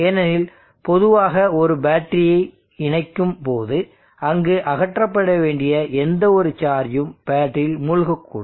ஏனெனில் பொதுவாக ஒரு பேட்டரியை இணைக்கும்போது அங்கு அகற்றப்பட வேண்டிய எந்தவொரு சார்ஜும் பேட்டரியில் மூழ்கக்கூடும்